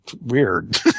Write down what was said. weird